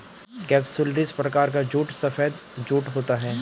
capsularis प्रकार का jute सफेद जूट होता है